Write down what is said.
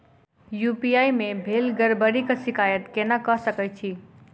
UPI मे भेल गड़बड़ीक शिकायत केना कऽ सकैत छी?